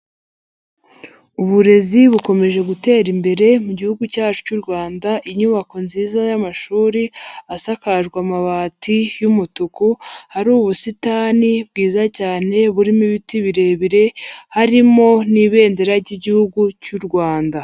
Uburezi bukomeje gutera imbere mu gihugu cyacu cy'u Rwanda, inyubako nziza y'amashuri asakajwe amabati y'umutuku hari ubusitani bwiza cyane burimo ibiti birebire harimo n'ibendera ry'igihugu cy'u Rwanda.